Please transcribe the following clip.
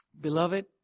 Beloved